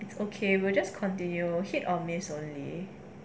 it's okay we'll just continue hit or miss only